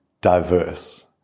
diverse